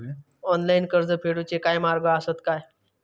Online कर्ज फेडूचे काय मार्ग आसत काय?